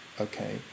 Okay